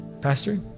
Pastor